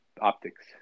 optics